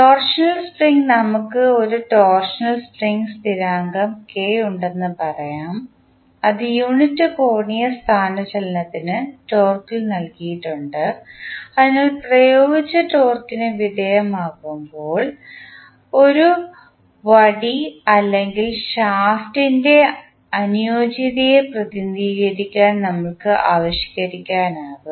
torsional spring നമുക്ക് ഒരു torsional spring സ്ഥിരാങ്കം K ഉണ്ടെന്ന് പറയാം അത് യൂണിറ്റ് കോണീയ സ്ഥാനചലനത്തിന് ടോർക്കിൽ നൽകിയിട്ടുണ്ട് അതിനാൽ പ്രയോഗിച്ച ടോർക്കിന് വിധേയമാകുമ്പോൾ ഒരു വടി അല്ലെങ്കിൽ ഷാഫ്റ്റിൻറെ അനുയോജ്യതയെ പ്രതിനിധീകരിക്കാൻ നമുക്ക് ആവിഷ്കരിക്കാനാകും